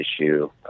issue